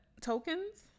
Tokens